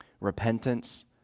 Repentance